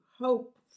hope